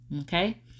Okay